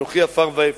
אנוכי עפר ואפר.